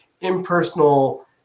impersonal